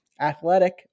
Athletic